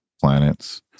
planets